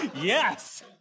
Yes